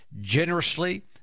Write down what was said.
generously